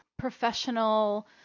professional